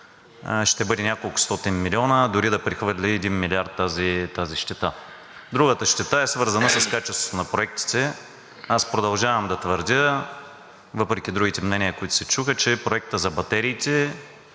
ще бъде няколкостотин милиона, дори тази щета да прехвърли 1 милиард. Другата щета е свързана с качеството на проектите. Аз продължавам да твърдя, въпреки другите мнения, които се чуха, че проектът за батериите